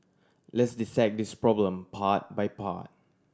let's dissect this problem part by part